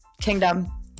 Kingdom